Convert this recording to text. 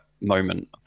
moment